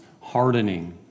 hardening